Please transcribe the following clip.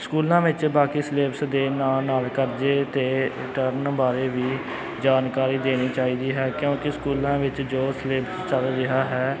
ਸਕੂਲਾਂ ਵਿੱਚ ਬਾਕੀ ਸਿਲੇਬਸ ਦੇ ਨਾਲ ਨਾਲ ਕਰਜ਼ੇ ਅਤੇ ਰਿਟਰਨ ਬਾਰੇ ਵੀ ਜਾਣਕਾਰੀ ਦੇਣੀ ਚਾਹੀਦੀ ਹੈ ਕਿਉਂਕਿ ਸਕੂਲਾਂ ਵਿੱਚ ਜੋ ਸਿਲੇਬਸ ਚੱਲ ਰਿਹਾ ਹੈ